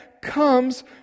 comes